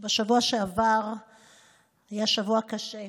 השבוע שעבר היה שבוע קשה.